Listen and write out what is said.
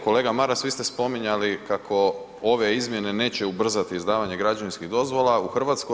Kolega Maras, vi ste spominjali kako ove izmjene neće ubrzati izdavanje građevinskih dozvola u Hrvatskoj.